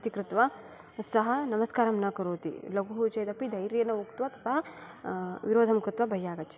इति कृत्वा सः नमस्कारं न करोति लघुः चेदपि धैर्येण उक्त्वा ततः विरोधं कृत्वा बहिः आगच्छति